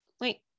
wait